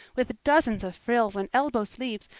with dozens of frills and elbow sleeves,